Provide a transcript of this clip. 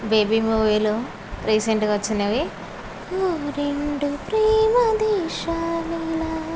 baby మూవీలో recent గా వచ్చినవి ఓ రెండు ప్రేమ దేశాలీలా